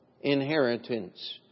inheritance